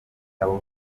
abo